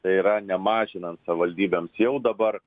tai yra nemažinant savivaldybėms jau dabar